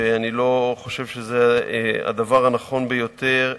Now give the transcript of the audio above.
ואני לא חושב שזה הדבר הנכון ביותר,